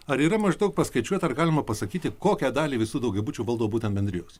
ar yra maždaug paskaičiuota ar galima pasakyti kokią dalį visų daugiabučių valdo būtent bendrijos